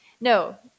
No